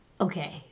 okay